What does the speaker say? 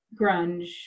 grunge